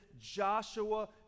joshua